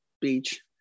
beach